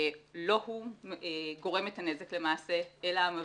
לא הוא גורם את הנזק למעשה, אלא המבעיר.